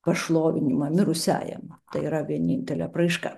pašlovinimą mirusiajam tai yra vienintelė apraiška